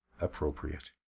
appropriate